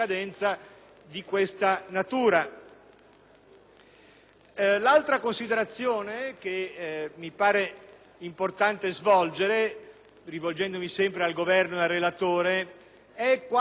L'altra considerazione che mi pare importante svolgere, rivolgendomi sempre al Governo e al relatore, è relativa ad una maggiore precisione sulla